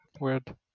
Weird